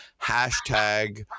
hashtag